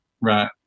Right